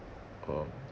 um